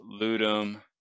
Ludum